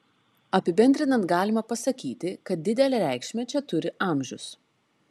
apibendrinant galima pasakyti kad didelę reikšmę čia turi amžius